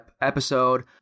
episode